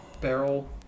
barrel